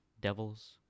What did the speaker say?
devils